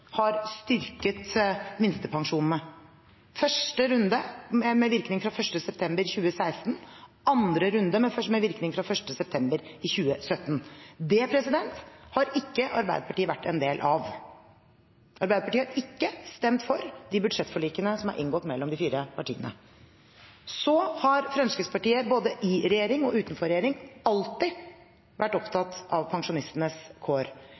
har styrket minstepensjonene – første runde med virkning fra 1. september 2016, andre runde med virkning fra 1. september 2017. Det har ikke Arbeiderpartiet vært en del av. Arbeiderpartiet har ikke stemt for de budsjettforlikene som er inngått mellom de fire partiene. Så har Fremskrittspartiet både i regjering og utenfor regjering alltid vært opptatt av pensjonistenes kår.